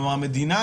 כלומר, המדינה,